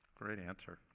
great answer.